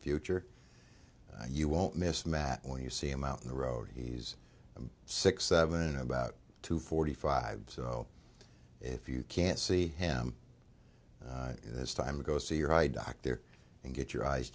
future you won't miss matt when you see him out in the road he's six seven about two forty five so if you can't see him it's time to go see your eye doctor and get your eyes